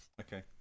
okay